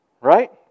Right